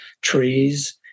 trees